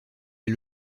est